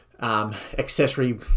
Accessory